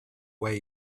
way